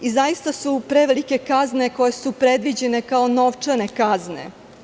Zaista su prevelike kazne koje su predviđene kao novčane kazne.